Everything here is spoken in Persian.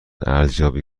ارزیابی